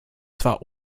zwar